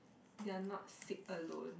they're not sick alone